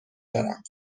دارم